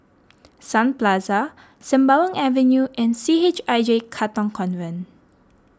Sun Plaza Sembawang Avenue and C H I J Katong Convent